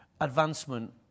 advancement